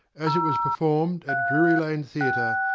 as it was performed at drury lane theatre,